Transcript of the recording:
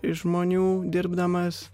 iš žmonių dirbdamas